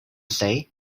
say